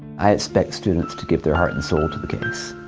i expect students to give their heart and soul to the case.